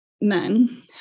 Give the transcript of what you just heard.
men